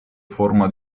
forma